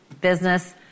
business